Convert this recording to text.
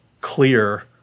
clear